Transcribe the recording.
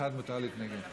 לאחד מותר להתנגד.